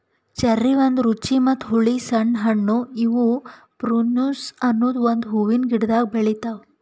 cherry ಒಂದ್ ರುಚಿ ಮತ್ತ ಹುಳಿ ಸಣ್ಣ ಹಣ್ಣು ಇವು ಪ್ರುನುಸ್ ಅನದ್ ಒಂದು ಹೂವಿನ ಗಿಡ್ದಾಗ್ ಬೆಳಿತಾವ್